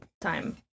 time